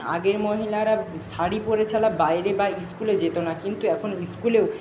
আগের মহিলারা শাড়ি পরে বাইরে বা স্কুলে যেতো না কিন্তু এখন স্কুলেও